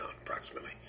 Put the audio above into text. approximately